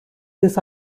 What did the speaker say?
this